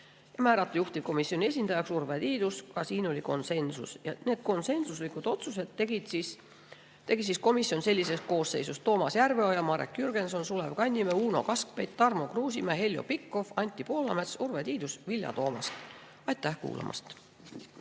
määrata juhtivkomisjoni esindajaks Urve Tiidus. Ka selles oli konsensus. Ja need konsensuslikud otsused tegi komisjon sellises koosseisus: Toomas Järveoja, Marek Jürgenson, Sulev Kannimäe, Uno Kaskpeit, Tarmo Kruusimäe, Heljo Pikhof, Anti Poolamets, Urve Tiidus, Vilja Toomast. Aitäh kuulamast!